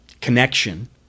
connection